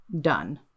done